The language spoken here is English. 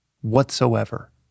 whatsoever